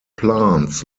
plants